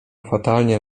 fatalnie